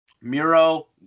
muro